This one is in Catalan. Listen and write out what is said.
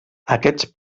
aquests